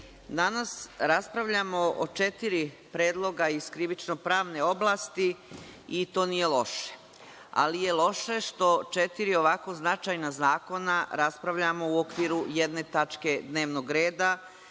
danas raspravljamo o četiri predloga iz krivično-pravne oblasti i to nije loše, ali je loše što četiri ovako značajna zakona raspravljamo u okviru jedne tačke dnevnog reda,